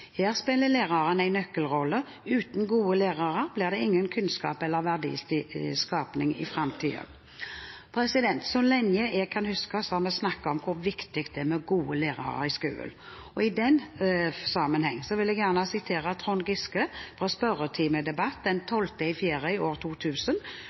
Her spiller læreren en nøkkelrolle. Uten gode lærere blir det ingen kunnskap eller verdiskaping i framtiden. Så lenge jeg kan huske, har vi snakket om hvor viktig det er med gode lærere i skolen. I den sammenheng vil jeg gjerne sitere Trond Giske fra en spørretimedebatt den